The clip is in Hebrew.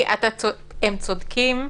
הם צודקים,